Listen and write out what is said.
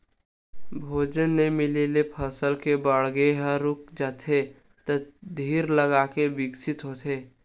भोजन नइ मिले ले फसल के बाड़गे ह रूक जाथे त धीर लगाके बिकसित होथे